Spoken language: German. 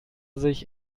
sich